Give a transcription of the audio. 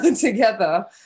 together